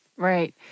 Right